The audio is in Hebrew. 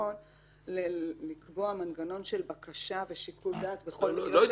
שנכון לקבוע מנגנון של בקשה ושיקול דעת בכל מקרה של הארכת התקופה.